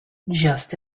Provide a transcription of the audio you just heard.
just